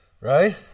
right